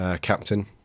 captain